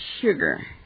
sugar